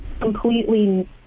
completely